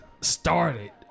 started